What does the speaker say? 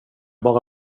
bara